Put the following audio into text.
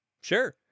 sure